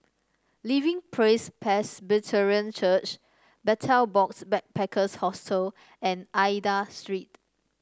Living Praise Presbyterian Church Betel Box Backpackers Hostel and Aida Street